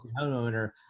homeowner